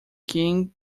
king